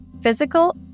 physical